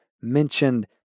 mentioned